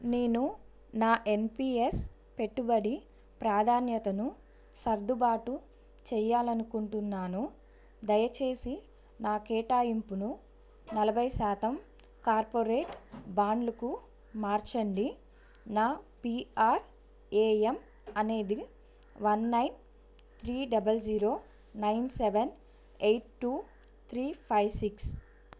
నేను నా N P S పెట్టుబడి ప్రాధాన్యతను సర్దుబాటు చెయ్యాలనుకుంటున్నాను దయచేసి నా కేటాయింపును నలభై శాతం కార్పొరేట్ బాండ్లుకు మార్చండి నా పీ ఆర్ ఏ ఎమ్ అనేది one nine three double zero nine seven eight two three five six